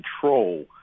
control